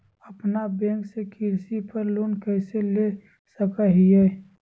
अपना बैंक से कृषि पर लोन कैसे ले सकअ हियई?